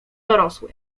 dorosły